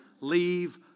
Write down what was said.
leave